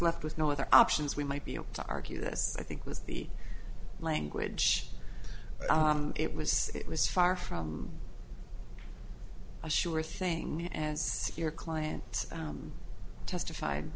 left with no other options we might be able to argue this i think was the language it was it was far from a sure thing as your client testified